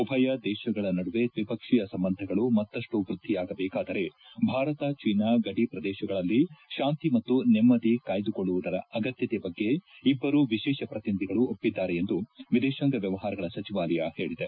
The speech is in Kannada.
ಉಭಯ ದೇಶಗಳ ನಡುವೆ ದ್ವಿಪಕ್ಷೀಯ ಸಂಬಂಧಗಳು ಮತ್ತಷ್ಟು ವೃದ್ದಿಯಾಗಬೇಕಾದರೆ ಭಾರತ ಚೀನಾ ಗದಿ ಪ್ರದೇಶಗಳಲ್ಲಿ ಶಾಂತಿ ಮತ್ತು ನೆಮ್ಮದಿ ಕಾಯ್ದುಕೊಳ್ಳುವುದರ ಅಗತ್ಯತೆ ಬಗ್ಗೆ ಇಬ್ಬರು ವಿಶೇಷ ಪ್ರತಿನಿಧಿಗಳು ಒಪ್ಪಿದ್ದಾರೆ ಎಂದು ವಿದೇಶಾಂಗ ವ್ಯವಹಾರಗಳ ಸಚಿವಾಲಯ ಹೇಳಿದೆ